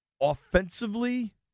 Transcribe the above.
Offensively